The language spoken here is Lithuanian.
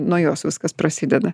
nuo jos viskas prasideda